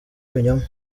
ibinyoma